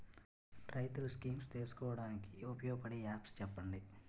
రైతులు స్కీమ్స్ తెలుసుకోవడానికి ఉపయోగపడే యాప్స్ చెప్పండి?